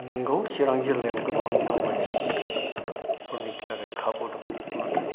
नंगौ चिरां जिल्लायाव गोबां दावबायारिफोरनि थाखाय खाबु दं नाथाय